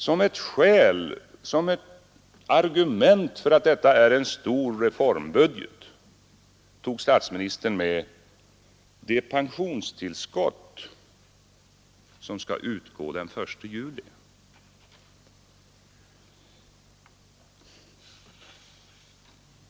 Som ett argument för att detta är en stor reformbudget tog statsministern med det pensionstillskott som skall utgå den 1 juli.